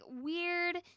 weird